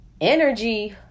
energy